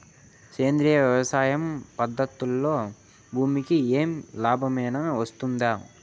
సేంద్రియ వ్యవసాయం పద్ధతులలో భూమికి ఏమి లాభమేనా వస్తుంది?